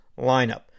lineup